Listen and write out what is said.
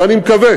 ואני מקווה